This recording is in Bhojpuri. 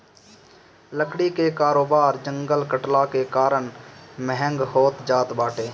लकड़ी कअ कारोबार जंगल कटला के कारण महँग होत जात बाटे